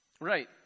right